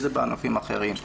אם זה בענפים אחרים,